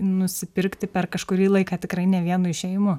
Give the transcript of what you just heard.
nusipirkti per kažkurį laiką tikrai ne vienu išėjimu